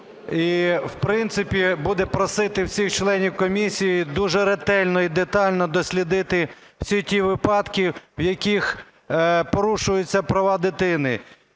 і, в принципі, буде просити всіх членів комісії дуже ретельно і детально дослідити всі ті випадки, в яких порушуються права дитини.